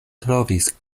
trovis